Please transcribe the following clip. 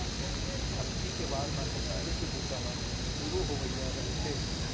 अक्ती के बाद म किसानी के बूता ह सुरू होवइया रहिथे